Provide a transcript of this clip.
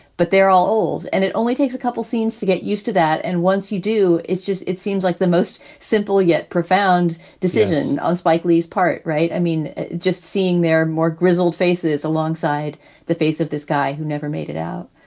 but they're all old and it only takes a couple scenes to get used to that and once you do, it's just it seems like the most simple yet profound decision on spike lee's part. right. i mean, just seeing their more grizzled faces alongside the face of this guy who never made it out